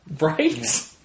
Right